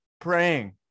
praying